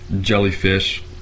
jellyfish